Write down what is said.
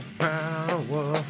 power